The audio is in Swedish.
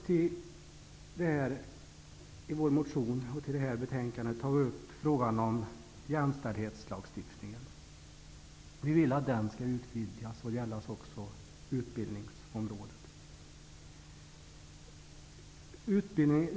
Vi har i vår motion och i detta betänkande tagit upp frågan om jämställdhetslagstiftningen. Vi vill att den skall utvidgas att också gälla utbildningsområdet.